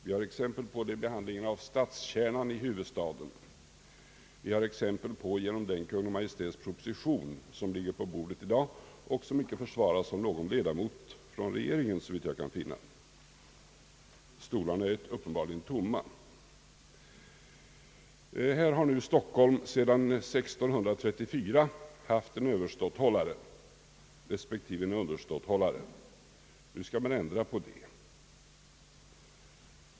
Vi har exempel på det vid behandlingen av stadskärnan i huvudstaden, och vi har exempel på det genom den Kungl. Maj:ts proposition som i dag ligger på riksdagens bord och som inte försvaras av någon ledamot av regeringen, så vitt jag kan finna — regeringsbänken är uppenbarligen tom. Här har Stockholm sedan 1634 haft en överståthållare respektive en underståthållare — nu skall man ändra på det.